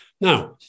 Now